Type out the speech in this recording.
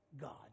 God